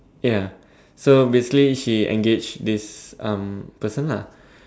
ya so basically she engage this um person lah